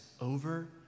over